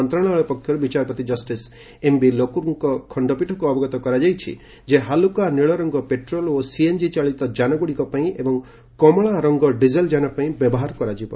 ମନ୍ତ୍ରଣାଳୟ ପକ୍ଷରୁ ବିଚାରପତି ଜଷ୍ଟିସ୍ ଏମ୍ବି ଲୋକୁରଙ୍କ ଖଣ୍ଡପୀଠକୁ ଅବଗତ କରାଯାଇଛି ଯେ ହାଲୁକା ନୀଳରଙ୍ଗ ପେଟ୍ରୋଲ୍ ଓ ସିଏନ୍ଜି ଚାଳିତ ଜାନଗୁଡ଼ିକ ପାଇଁ ଏବଂ କମଳା ରଙ୍ଗ ଡିଜେଲ୍ ଜାନ ପାଇଁ ବ୍ୟବହାର କରାଯିବ